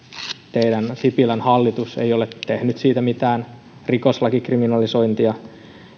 teidän sipilän hallitus ei ole tehnyt siitä mitään rikoslakikriminalisointia